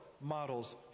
models